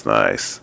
nice